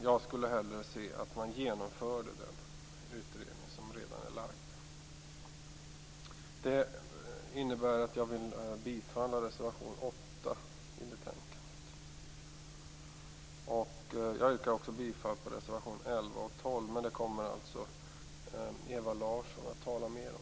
Jag skulle hellre se att man genomförde det utredningsuppdrag som redan är lagt. Jag yrkar bifall till reservation 8 och även till reservationerna 11 och 12 som Ewa Larsson senare kommer att tala mer om.